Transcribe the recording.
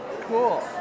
Cool